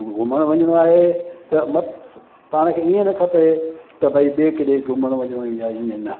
घुमण वञिणो आहे त म पाण खे ईअं न खपे त भई ॿिए केॾे घुमण वञूं या ईअं न